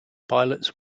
pilots